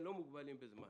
אנחנו לא מוגבלים בזמן